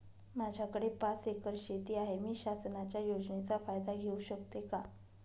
माझ्याकडे पाच एकर शेती आहे, मी शासनाच्या योजनेचा फायदा घेऊ शकते का?